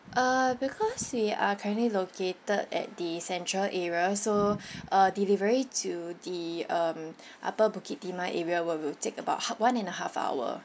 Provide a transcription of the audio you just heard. uh because we are currently located at the central area so uh delivery to the um upper Bukit Timah area we will take about one and a half hour